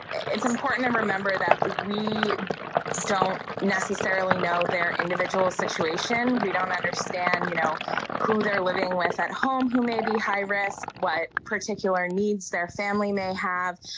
it's important to and remember that we don't necessarily know their individual situation, we don't understand you know who they're living with at home who may be high risk, what particular needs their family may have.